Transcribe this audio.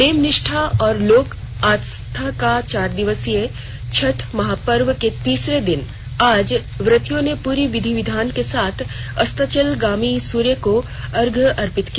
name निष्ठा और लोक आस्था के चार दिवसीय छठ महापर्व के तीसरे दिन आज व्रतियों ने पूरे विधि विधान के साथ अस्ताचलगामी सूर्य को अर्घ्य अर्पित किया